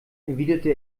erwiderte